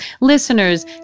listeners